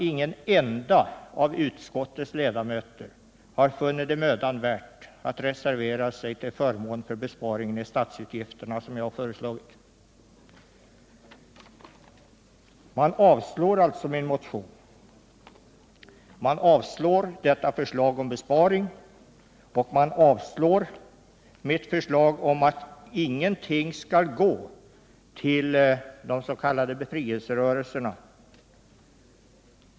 Ingen enda av utskottets ledamöter har funnit det mödan värt att reservera sig till förmån för en besparing av statsutgifterna som jag har föreslagit. Man avslår alltså min motion, mitt förslag om en besparing och mitt förslag om att inga pengar skall gå till de s.k. befrielserörelserna.